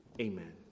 Amen